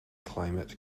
climate